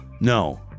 No